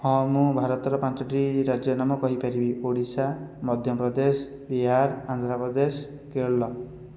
ହଁ ମୁଁ ଭାରତର ପାଞ୍ଚଟି ରାଜ୍ୟର ନାମ କହିପାରିବି ଓଡ଼ିଶା ମଧ୍ୟପ୍ରଦେଶ ବିହାର ଆନ୍ଧ୍ରପ୍ରଦେଶ କେରଳ